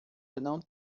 não